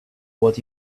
what